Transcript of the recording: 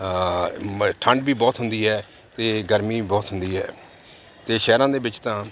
ਠੰਢ ਵੀ ਬਹੁਤ ਹੁੰਦੀ ਹੈ ਅਤੇ ਗਰਮੀ ਵੀ ਬਹੁਤ ਹੁੰਦੀ ਹੈ ਅਤੇ ਸ਼ਹਿਰਾਂ ਦੇ ਵਿੱਚ ਤਾਂ